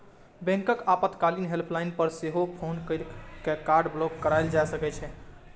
बैंकक आपातकालीन हेल्पलाइन पर सेहो फोन कैर के कार्ड ब्लॉक कराएल जा सकै छै